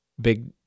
big